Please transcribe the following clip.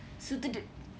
S_U_T_D